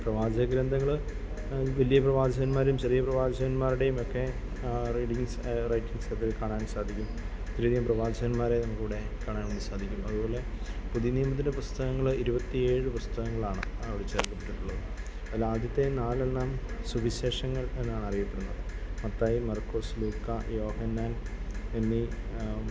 പ്രവാചക ഗ്രന്ഥങ്ങൾ വലിയ പ്രവാചകന്മാരും ചെറിയ പ്രവാചകന്മാരുടെയും ഒക്കെ റേഡ്യൻസ് റൈറ്റ് പുസ്തകത്തിൽ കാണാൻ സാധിക്കും അനേകം പ്രവാചകന്മാരെ നമുക്കിവിടെ കാണാനും സാധിക്കും അതുപോലെ പുതിയ നിയമത്തിലെ പുസ്തകങ്ങൾ ഇരുപത്തിയേഴ് പുസ്തകങ്ങളാണ് അവിടെ ചേർക്കപ്പെട്ടിട്ടുള്ളത് അതിലാദ്യത്തെ നാലെണ്ണം സുവിശേഷങ്ങൾ എന്നാണ് അറിയപ്പെടുന്നത് മത്തായി മാർക്കോസ് ലൂക്കാ യോഹന്നാൻ എന്നീ